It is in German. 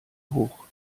hoch